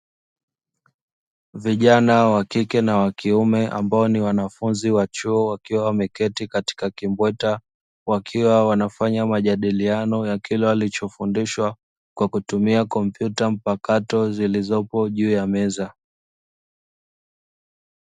Vijana wa kike na wa kiume ambao ni wanafunzi wa chuo wakiwa wameketi katika kimbweta wakiwa wanafanya majadiliano ya kile walichofundishwa kwa kutumia kompyuta mpakato zilizopo juu ya meza.